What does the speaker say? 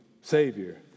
Savior